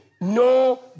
No